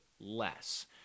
less